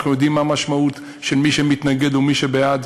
אנחנו יודעים מה המשמעות של מי שמתנגד ומי שבעד.